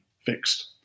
fixed